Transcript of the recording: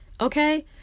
okay